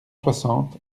soixante